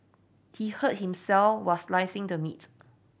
he hurt himself while slicing the meat